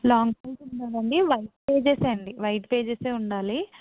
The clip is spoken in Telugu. లాంగ్ సైజ్ ఉండాలి అండి వైట్ పేజెస్ అండి వైట్ పేజెస్ ఉండాలి